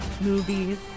Movies